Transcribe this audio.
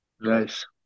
Nice